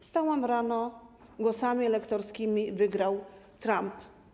Wstałam rano - głosami elektorskimi wygrał Trump.